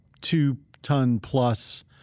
two-ton-plus